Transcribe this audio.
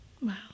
Wow